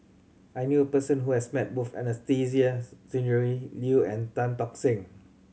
I knew a person who has met both Anastasia Tjendri Liew and Tan Tock Seng